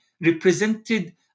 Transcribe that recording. represented